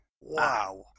Wow